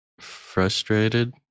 Frustrated